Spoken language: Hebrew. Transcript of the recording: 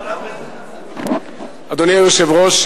אדוני היושב-ראש,